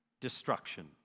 destruction